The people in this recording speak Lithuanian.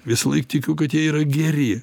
visąlaik tikiu kad jie yra geri